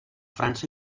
frança